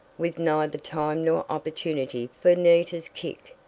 with neither time nor opportunity for nita's kick.